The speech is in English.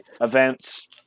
events